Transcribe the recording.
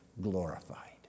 glorified